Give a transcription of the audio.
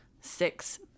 six